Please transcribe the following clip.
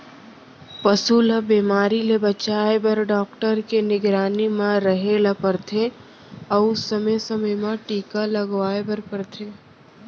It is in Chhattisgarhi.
पसू ल बेमारी ले बचाए बर डॉक्टर के निगरानी म रहें ल परथे अउ समे समे म टीका लगवाए बर परथे